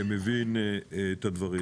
שמבין את הדברים.